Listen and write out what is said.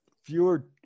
fewer